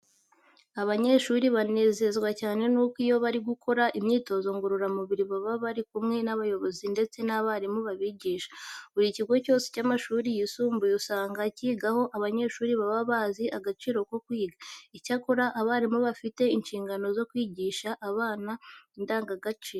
Abanyeshuri banezezwa nuko iyo bari gukora imyitozo ngororamubiri baba bari kumwe n'abayobozi ndetse n'abarimu babigisha. Buri kigo cyose cy'amashuri yisumbuye usanga kigaho abanyeshuri baba bazi agaciro ko kwiga. Icyakora abarimu bafite inshingano zo kwigisha abana indangagaciro.